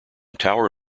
tower